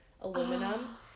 aluminum